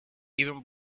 even